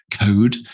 code